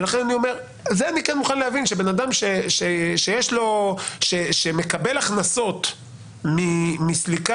אני כן מוכן להבין שאדם שמקבל הכנסות מסליקה,